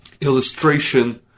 illustration